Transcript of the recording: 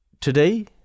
today